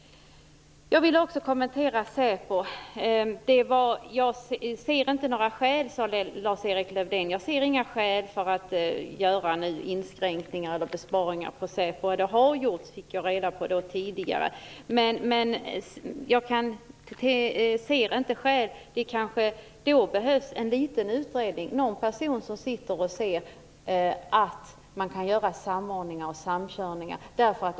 Jag vill också kommentera vad som sagts om säpo. Lars-Erik Lövdén sade att han inte ser några skäl för nya inskränkningar eller besparingar inom säpo. Sådana har redan gjorts. Det fick jag tidigare reda på. Kanske behövs det en liten utredning - någon person som undersöker om samordningar och samkörningar kan göras.